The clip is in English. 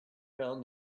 found